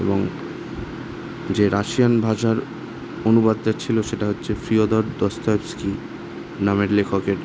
এবং যে রাশিয়ান ভাষার অনুবাদটা ছিলো সেটা হচ্ছে ফিওদর দস্তএভস্কি নামের লেখকের